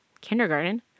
kindergarten